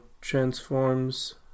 transforms